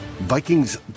Vikings